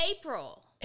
April